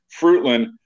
fruitland